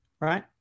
right